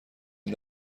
این